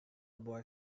boy